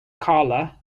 colour